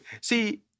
see